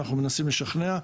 אנחנו מנסים לשכנע,